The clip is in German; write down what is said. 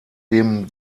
dem